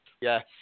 yes